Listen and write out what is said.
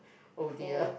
oh dear